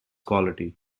quality